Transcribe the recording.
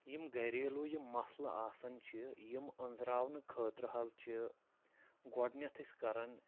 یِم گریلوٗ یِم مسلہٕ آسان چھِ یِم أنٛزراونہٕ خٲطرٕ حظ چھِ گۄڈنٮ۪تھ أسۍ کران